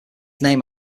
named